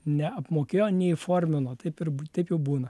neapmokėjo neįformino taip ir taip jau būna